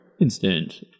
instant